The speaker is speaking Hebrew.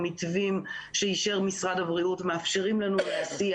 המתווים שאישר משרד הבריאות מאפשרים לנו להסיע